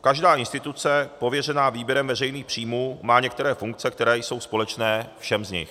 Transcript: Každá instituce pověřená výběrem veřejných příjmů má některé funkce, kterou jsou společné všem z nich.